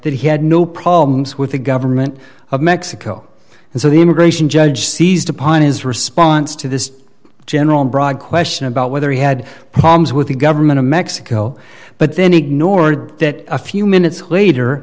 that he had no problems with the government of mexico and so the immigration judge seized upon his response to this general broad question about whether he had problems with the government of mexico but then ignored that a few minutes later